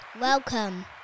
Welcome